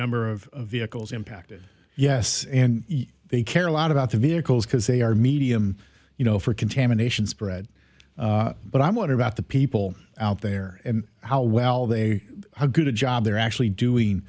number of vehicles impacted yes and they care a lot about the vehicles because they are medium you know for contaminations bread but i what about the people out there and how well they how good a job they're actually doing